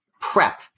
PREP